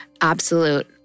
absolute